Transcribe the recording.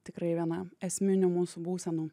tikrai viena esminių mūsų būsenų